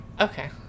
Okay